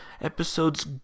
episodes